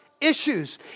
issues